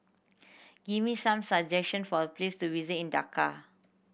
give me some suggestion for a place to visit in Dhaka